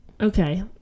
okay